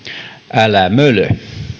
älämölö